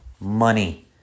money